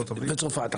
וצרפת.